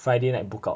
friday night book out